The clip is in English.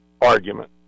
argument